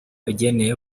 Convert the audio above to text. igenewe